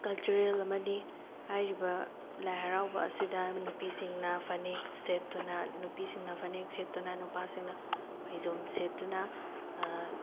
cultural ꯑꯃꯅꯤ ꯍꯥꯏꯔꯤꯕ ꯂꯥꯏ ꯍꯔꯥꯎꯕ ꯑꯁꯤꯗ ꯅꯨꯄꯤꯁꯤꯡꯅ ꯐꯅꯦꯛ ꯁꯦꯠꯇꯨꯅ ꯅꯨꯄꯤꯁꯤꯡꯅ ꯐꯅꯦꯛ ꯁꯦꯠꯇꯨꯅ ꯅꯨꯄꯥꯁꯤꯡꯅ ꯐꯩꯖꯣꯝ ꯁꯦꯠꯇꯨꯅ